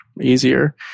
Easier